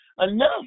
enough